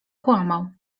kłamał